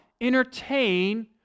entertain